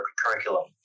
curriculum